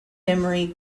memory